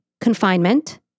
Confinement